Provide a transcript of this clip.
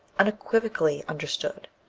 unequivocally understood,